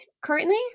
currently